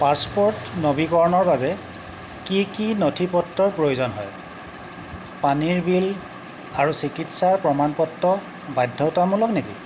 passport নৱীকৰণৰ বাবে কি কি নথি পত্ৰৰ প্ৰয়োজন হয় পানীৰ বিল আৰু চিকিৎসা প্ৰমাণ পত্ৰ বাধ্যতামূলক নেকি